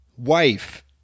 Wife